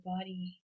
body